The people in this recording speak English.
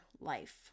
life